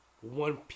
one